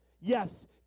Yes